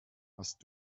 hast